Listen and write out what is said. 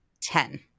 Ten